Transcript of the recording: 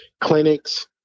clinics